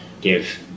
give